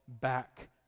back